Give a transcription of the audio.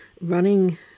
running